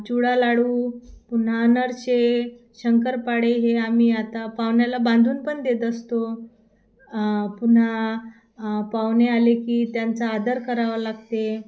चिवडा लाडू पुन्हा अनारसे शंकरपाळे हे आम्ही आता पाहुण्याला बांधून पण देत असतो पुन्हा पाहुणे आले की त्यांचा आदर करावा लागते